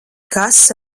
kas